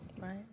Right